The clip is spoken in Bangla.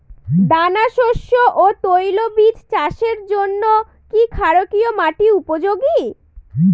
দানাশস্য ও তৈলবীজ চাষের জন্য কি ক্ষারকীয় মাটি উপযোগী?